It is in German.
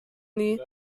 nie